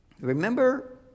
Remember